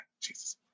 Jesus